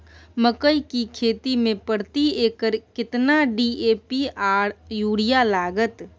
मकई की खेती में प्रति एकर केतना डी.ए.पी आर यूरिया लागत?